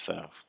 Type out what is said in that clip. south